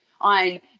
on